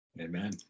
Amen